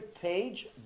page